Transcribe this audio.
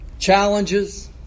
challenges